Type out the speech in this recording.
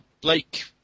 Blake